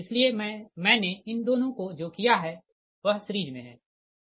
इसलिए मैंने इन दोनों को जो किया है वह सीरिज़ मे है